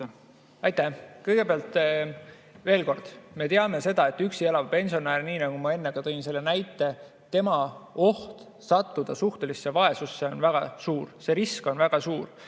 Kõigepealt, veel kord, me teame seda, et üksi elav pensionär, nii nagu ma enne ka tõin selle näite, tema oht sattuda suhtelisse vaesusesse on väga suur, see risk on väga suur.